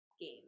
game